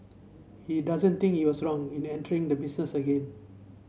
he doesn't think he was wrong in entering the business again